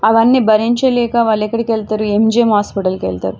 అవన్నీ భరించలేక వాళ్ళు ఎక్కడికెళ్తరు ఎంజీయం హాస్పిటల్కెళ్తారు